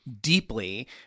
deeply